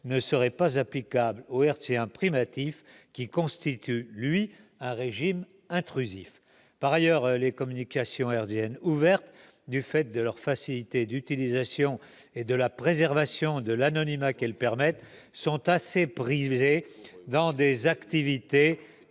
ne serait pas applicable au hertzien privatif, qui constitue, lui, un régime intrusif. Par ailleurs, les communications hertziennes ouvertes, du fait de leur facilité d'utilisation et de la préservation de l'anonymat qu'elles permettent, sont assez prisées dans des activités